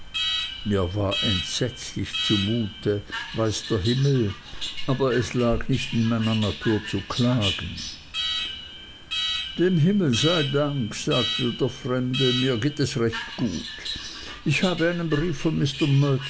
mir war entsetzlich zumute weiß der himmel aber es lag nicht in meiner natur zu klagen dem himmel sei dank sagte der fremde mir geht es recht gut ich habe einen brief von